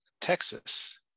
Texas